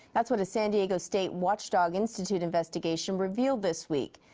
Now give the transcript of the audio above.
that's what a san diego state watchdog institute investigation revealed this week.